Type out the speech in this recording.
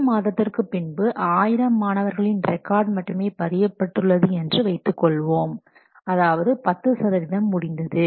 ஒரு மாதத்திற்கு பின்பு ஆயிரம் மாணவர்களின் ரெக்கார்ட் மட்டுமே பதியபட்டுள்ளது என்று வைத்துக் கொள்வோம் அதாவது 10 சதவீதம் முடிந்தது